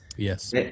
Yes